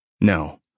No